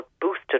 boosted